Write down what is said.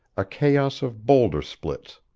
a chaos of bowlder-splits,